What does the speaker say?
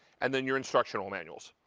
and then your instructional manuals,